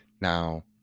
Now